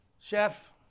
chef